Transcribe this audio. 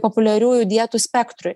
populiariųjų dietų spektrui